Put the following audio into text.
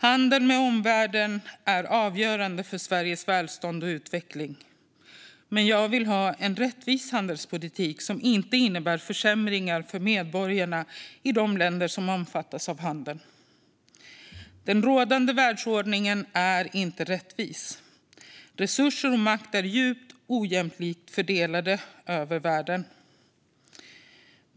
Handeln med omvärlden är avgörande för Sveriges välstånd och utveckling, men jag vill ha en rättvis handelspolitik som inte innebär försämringar för medborgarna i de länder som omfattas av handeln. Den rådande världsordningen är inte rättvis. Resurser och makt är djupt ojämlikt fördelade över världen.